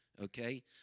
Okay